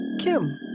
Kim